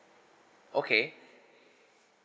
okay